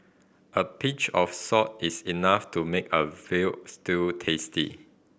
a pinch of salt is enough to make a veal stew tasty